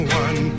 one